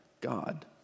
God